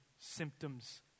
symptoms